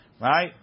right